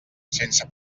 sense